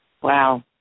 Wow